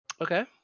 Okay